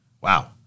Wow